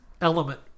element